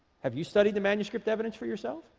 have you studied the manuscript evidence for yourself